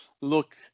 look